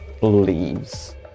leaves